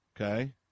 Okay